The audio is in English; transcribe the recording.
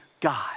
God